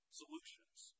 solutions